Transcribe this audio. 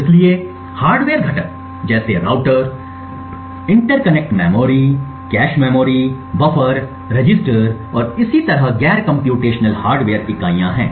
इसलिए हार्डवेयर घटक जैसे router interconnect memory cache memory buffer register और इसी तरह गैर कम्प्यूटेशनल हार्डवेयर इकाइयाँ हैं